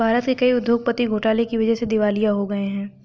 भारत के कई उद्योगपति घोटाले की वजह से दिवालिया हो गए हैं